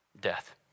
death